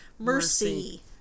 mercy